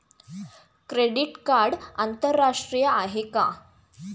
Credit card आंतरराष्ट्रीय आहे का?